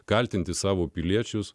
kaltinti savo piliečius